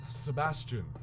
Sebastian